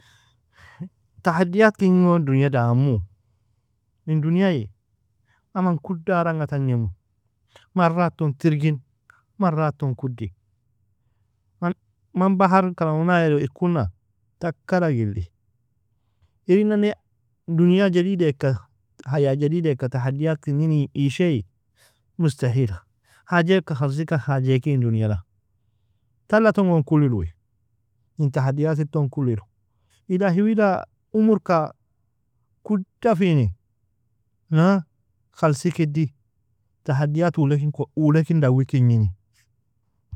Tahadiat kignin gon dunia damu, in duniaie aman kudaranga tagnimu, maratun tirgin, maratun kudi, man bahar ka nalwna irkuna? Takalag ili. Irin nane dunia jadid eka, haya jadid eka, tahadiat kignin ishei mustahila, haje ka hafzikan haje kin dunia la tala ton gon koliur uoei ilhi wida umorka kudafini khalsikidi, tahadiat ulekin dawi kignini.